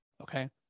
okay